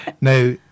Now